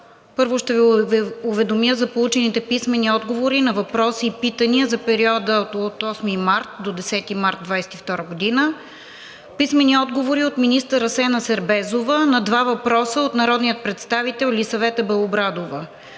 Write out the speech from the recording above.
Първо ще Ви уведомя за получените писмени отговори на въпроси и питания за периода от 8 март до 10 март 2022 г.: - писмени отговори от министър Асена Сербезова на два въпроса от народния представител Елисавета Белобрадова;